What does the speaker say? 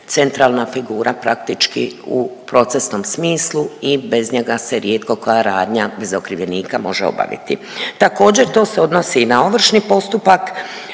centralna figura praktički u procesnom smislu i bez njega se rijetko koja radnja za okrivljenika može obaviti. Također, to se odnosi i na ovršni postupak,